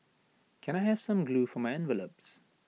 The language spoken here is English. can I have some glue for my envelopes